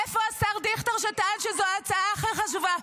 איפה השר דיכטר, שטען שזו ההצעה הכי חשובה?